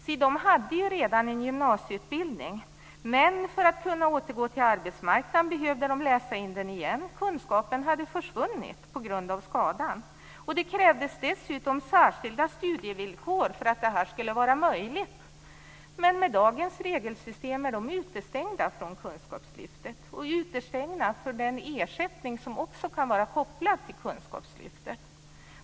Si, de hade redan en gymnasieutbildning, men för att kunna återgå till arbetsmarknaden behövde de läsa in den igen. Kunskaperna hade försvunnit på grund av skadan. Det krävdes dessutom särskilda studievillkor för att detta skulle vara möjligt, men med dagens regelsystem är dessa funktionshindrade utestängda från kunskapslyftet och från den ersättning som också kan vara kopplad till kunskapslyftet.